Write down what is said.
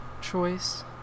choice